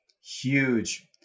huge